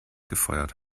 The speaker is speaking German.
gefeuert